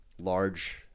large